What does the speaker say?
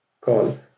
call